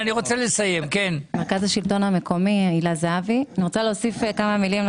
הילה זהבי,